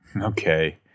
Okay